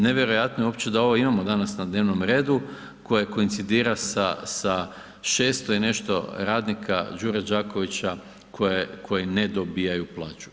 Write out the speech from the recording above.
Nevjerojatno je uopće da ovo imamo danas na dnevnom redu koje koincidira sa 600 i nešto radnika Đure Đakovića koji ne dobivaju plaću.